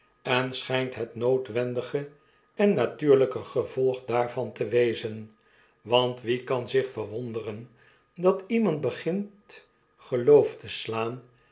en schijnt het noodwendige en natuurlyke gevolg daarvan te wezen want wie kan zich verwonderen dat iemand begint geloof te slaan